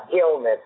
illness